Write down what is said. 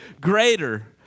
greater